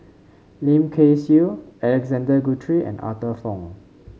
Lim Kay Siu Alexander Guthrie and Arthur Fong